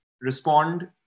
respond